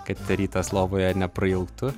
kad ta rytas lovoje neprailgtų